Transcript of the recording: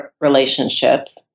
relationships